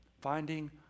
finding